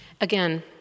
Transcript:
Again